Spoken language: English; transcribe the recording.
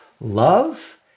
Love